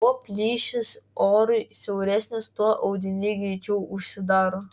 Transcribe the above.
kuo plyšys orui siauresnis tuo audiniai greičiau užsidaro